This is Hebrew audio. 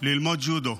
ללמוד ג'ודו,